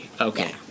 Okay